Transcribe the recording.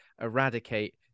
eradicate